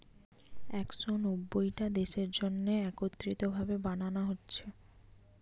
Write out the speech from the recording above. একশ নব্বইটা দেশের জন্যে একত্রিত ভাবে বানানা হচ্ছে